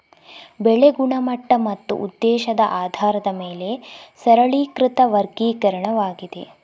ಬೆಳೆ ಗುಣಮಟ್ಟ ಮತ್ತು ಉದ್ದೇಶದ ಆಧಾರದ ಮೇಲೆ ಸರಳೀಕೃತ ವರ್ಗೀಕರಣವಾಗಿದೆ